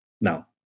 Now